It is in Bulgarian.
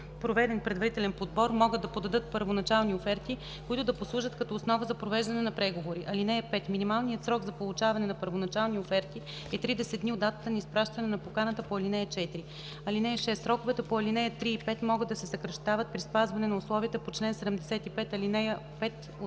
проведен предварителен подбор, могат да подадат първоначални оферти, които да послужат като основа за провеждане на преговори. (5) Минималният срок за получаване на първоначални оферти е 30 дни от датата на изпращане на поканата по ал. 4. (6) Сроковете по ал. 3 и 5 могат да се съкращават при спазване на условията по чл. 75, ал. 5 – 8.